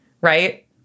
right